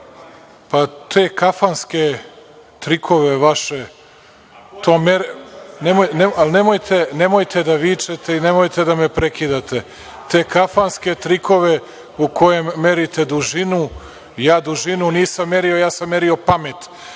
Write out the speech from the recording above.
s mesta: Koje?)Ali nemojte da vičete i nemojte da me prekidate. Te kafanske trikove u kojem merite dužinu, ja dužinu nisam merio. Ja sam merio pamet.